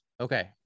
okay